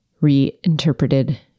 reinterpreted